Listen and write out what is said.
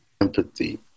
Empathy